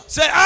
Say